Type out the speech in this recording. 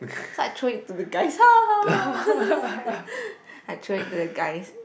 so I throw it to the guys I throw it to the guys